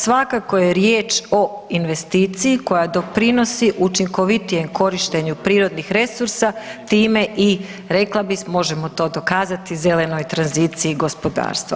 Svakako je riječ o investiciji koja doprinosi učinkovitijem korištenju prirodnih resursa, time i rekla bi, možemo to dokazati, zelenoj tranziciji gospodarstva.